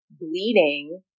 bleeding